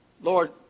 Lord